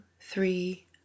three